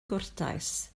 gwrtais